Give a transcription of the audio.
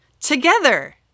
together